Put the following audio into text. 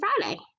Friday